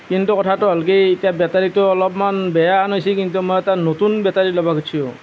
কিন্তু কথাটো হ'ল কি এতিয়া বেটাৰীটো অলপমান বেয়া হেন হৈছে কিন্তু মই এটা নতুন বেটাৰী ল'ব খুজিছোঁ